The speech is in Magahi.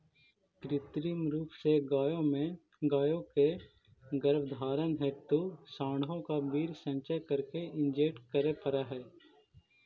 कृत्रिम रूप से गायों के गर्भधारण हेतु साँडों का वीर्य संचय करके इंजेक्ट करे पड़ हई